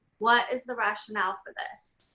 what is the rationale for this?